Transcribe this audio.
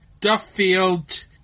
Duffield